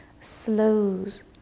slows